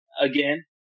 again